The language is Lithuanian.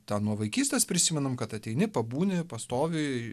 tą nuo vaikystės prisimenam kad ateini pabūni pastovi